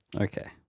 Okay